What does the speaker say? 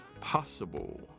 possible